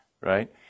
right